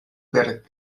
per